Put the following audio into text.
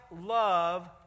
love